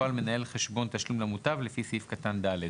או על מנהל חשבון תשלום למוטב לפי סעיף קטן (ד).